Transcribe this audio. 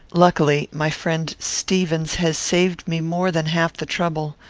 luckily, my friend stevens has saved me more than half the trouble.